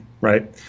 right